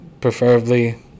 preferably